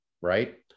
Right